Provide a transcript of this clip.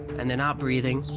and they're not breathing,